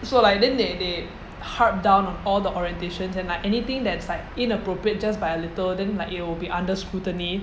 so like then they they cut down on all the orientations and like anything that is like inappropriate just by a little then like it'll be under scrutiny